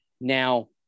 Now